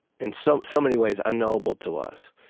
in so so many ways, unknowable to us.